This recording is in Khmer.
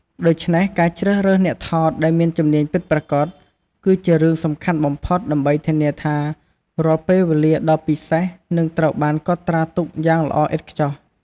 ដូច្នេះ ការជ្រើសរើសអ្នកថតដែលមានជំនាញពិតប្រាកដ គឺជារឿងសំខាន់បំផុតដើម្បីធានាថា រាល់ពេលវេលាដ៏ពិសេសនឹងត្រូវបានកត់ត្រាទុកយ៉ាងល្អឥតខ្ចោះ។